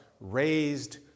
raised